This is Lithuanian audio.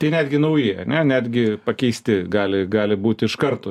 tai netgi nauji ar ne netgi pakeisti gali gali būt iš karto